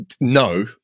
no